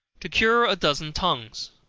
to cure a dozen tongues.